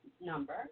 number